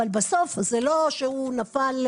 אבל בסוף זה לא שהוא נפל,